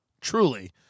truly